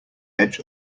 edge